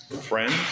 friends